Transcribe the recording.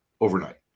overnight